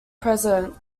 president